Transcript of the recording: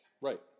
Right